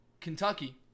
Kentucky